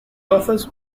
offers